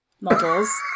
models